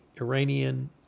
Iranian